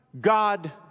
God